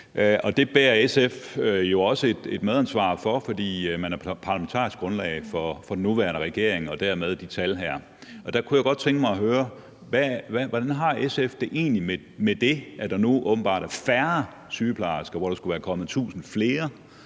det bærer SF jo også et medansvar for, fordi man er parlamentarisk grundlag for den nuværende regering, og dermed også de her tal. Der kunne jeg godt tænke mig at høre: Hvordan har SF det egentlig med det, at der nu åbenbart er færre sygeplejersker, hvor der skulle være kommet 1.000 flere?